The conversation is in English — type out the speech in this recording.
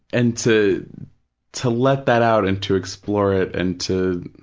and to to let that out and to explore it and to